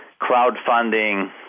crowdfunding